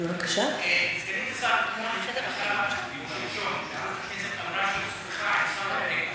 סגנית השר, אמרה שהיא שוחחה, לא.